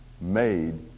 made